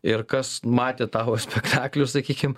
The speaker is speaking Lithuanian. ir kas matė tavo spektaklių sakykim